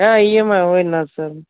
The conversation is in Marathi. हा इ एम आय होईल ना सर